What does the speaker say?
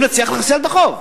אם נצליח לחסל את החוב.